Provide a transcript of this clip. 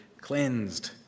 cleansed